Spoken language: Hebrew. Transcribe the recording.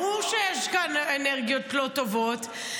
ברור שיש כאן אנרגיות לא טובות,